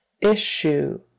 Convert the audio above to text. Issue